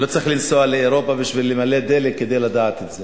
לא צריך לנסוע לאירופה ולמלא דלק כדי לדעת את זה.